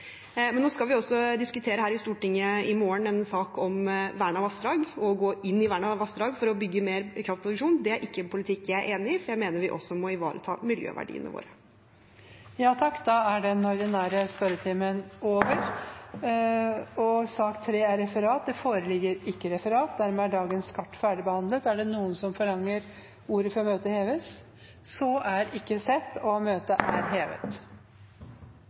Nå skal vi her i Stortinget i morgen diskutere en sak om vernede vassdrag. Å gå inn i vernede vassdrag for å bygge mer kraftproduksjon er ikke en politikk jeg er enig i, for jeg mener vi også må ivareta miljøverdiene våre. Da er den ordinære spørretimen over. Det foreligger ikke referat. Dermed er dagens kart ferdigbehandlet. Forlanger noen ordet før møtet heves? – Så er ikke sett. Møtet er hevet.